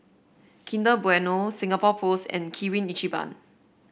Kinder Bueno Singapore Post and Kirin Ichiban